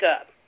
up